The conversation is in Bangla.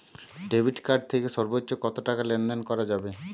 ডেবিট কার্ড থেকে সর্বোচ্চ কত টাকা লেনদেন করা যাবে?